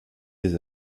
des